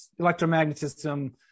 electromagnetism